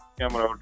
camera